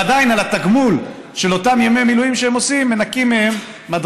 ועדיין על התגמול של אותם ימי מילואים שהם עושים מנכים מהם לפי